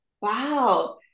wow